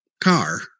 car